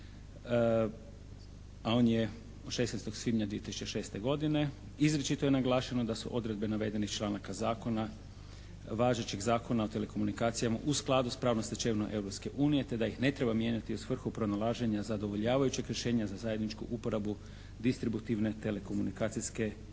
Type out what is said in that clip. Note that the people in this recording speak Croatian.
a on je 16. svibnja 2006. godine izričito je naglašeno da su odredbe navedenih članaka zakona važećeg Zakona o telekomunikacijama u skladu s pravnom stečevinom Europske unije te da ih ne treba mijenjati u svrhu pronalaženja zadovoljavajućeg rješenja za zajedničku uporabu distributivne telekomunikacijske